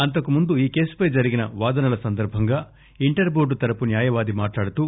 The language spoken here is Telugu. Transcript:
అంతకుముందు ఈ కేసుపై జరిగిన వాదనల సందర్భంగా ఇంటర్ టోర్డు తరపు న్యాయవాది మాట్లాడుతూ